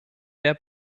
der